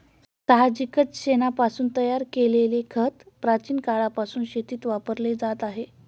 साहजिकच शेणापासून तयार केलेले खत प्राचीन काळापासून शेतीत वापरले जात आहे